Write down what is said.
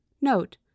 Note